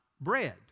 bread